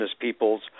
peoples